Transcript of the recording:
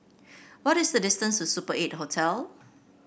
what is the distance to Super Eight Hotel